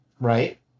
right